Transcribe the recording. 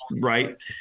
right